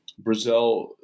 Brazil